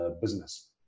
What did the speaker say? business